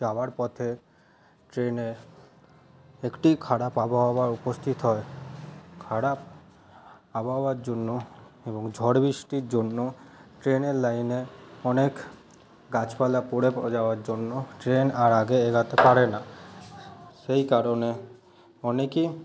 যাওয়ার পথে ট্রেনে একটি খারাপ আবহাওয়ার উপস্থিত হয় খারাপ আবহাওয়ার জন্য এবং ঝড়বৃষ্টির জন্য ট্রেনের লাইনে অনেক গাছপালা পড়ে যাওয়ার জন্য ট্রেন আর আগে এগাতে পারে না সেই কারণে অনেকেই